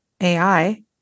AI